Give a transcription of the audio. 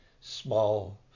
small